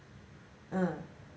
uh